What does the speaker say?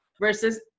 versus